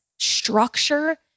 structure